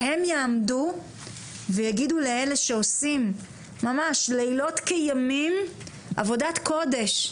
שהם יעמדו ויגידו לאלה שעושים ממש לילות כימים עבודת קודש,